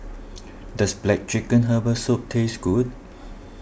does Black Chicken Herbal Soup taste good